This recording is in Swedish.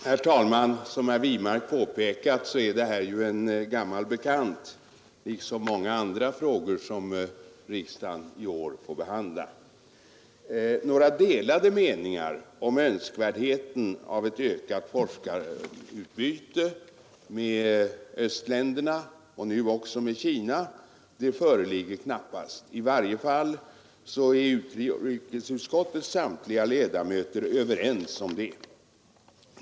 Herr talman! Som herr Wirmark påpekat är detta en gammal bekant liksom många andra frågor som riksdagen i år får behandla. Några delade meningar om önskvärdheten av ett ökat forskarutbyte med östländerna och nu också med Kina föreligger knappast. I varje fall är utrikesutskottets samtliga ledamöter överens om det.